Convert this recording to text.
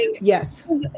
yes